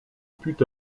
put